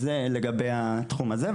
אז זה לגבי התחום הזה.